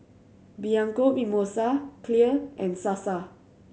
Bianco Mimosa Clear and Sasa